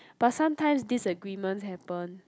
but sometimes disagreement happen